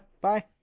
bye